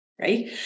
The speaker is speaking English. Right